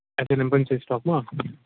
H N M पनि छ स्टकमा